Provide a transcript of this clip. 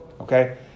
okay